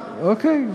אוקיי.